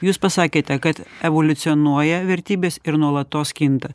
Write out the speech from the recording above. jūs pasakėte kad evoliucionuoja vertybės ir nuolatos kinta